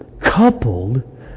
coupled